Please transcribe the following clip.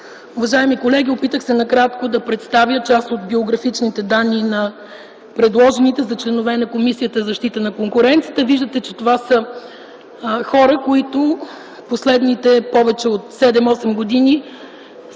Уважаеми колеги, опитах се накратко да представя част от биографичните данни на предложените за членове на Комисията за защита на конкуренцията. Виждате, че това са хора, които през последните повече от 7-8 години в